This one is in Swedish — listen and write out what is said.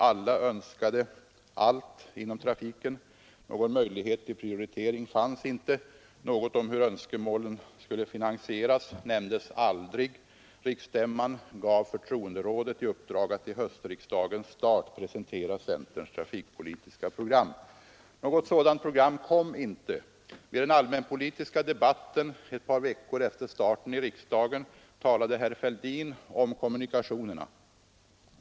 Alla önskade allt inom trafiken. Någon möjlighet till prioritering fanns inte. Något om hur önskemålen skulle finansieras nämndes aldrig. Riksstämman gav förtroenderådet i uppdrag att vid höstriksdagens start presentera centerns trafikpolitiska program. Något sådant program kom inte. I den allmänpolitiska debatten ett par veckor efter starten i riksdagen talade herr Fälldin om kommunikationerna.